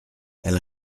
elle